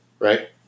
Right